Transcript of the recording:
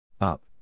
Up